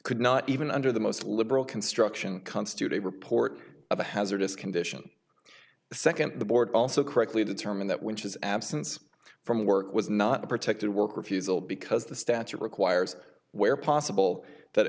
could not even under the most liberal construction constitute a report of a hazardous condition the second the board also correctly determine that which is absence from work was not protected work refusal because the statute requires where possible that